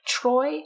Troy